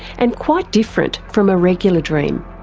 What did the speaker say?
and quite different from a regular dream.